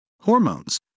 hormones